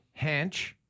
hench